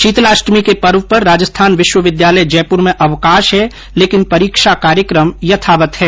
शीतला अष्टमी के पर्व पर राजस्थान विश्वविद्यालय जयपुर में अवकाश है लेकिन परीक्षा कार्यक्रम यथावत है